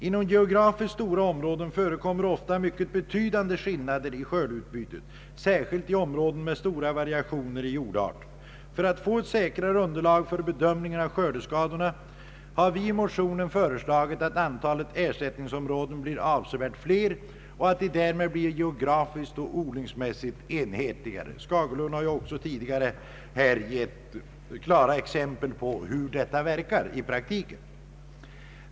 Inom geografiskt stora områden förekommer ofta mycket betydande skillnader i skördeutbytet, särskilt i områden med stora variationer i jordarter. För att få ett säkrare underlag för bedömningen av skördeskadorna har vi i motionen föreslagit att antalet ersättningsområden blir avsevärt flera och att de därmed blir geografiskt och odlingsmässigt enhetligare. Herr Skagerlund gav här klara exempel på hur detta verkar i praktiken.